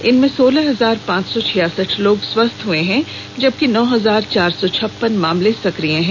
इनमें सोलह हजार पांच सौ छियासठ लोग स्वस्थ हो चुके हैं जबकि नौ हजार चार सौ छप्पन मामले सकिय हैं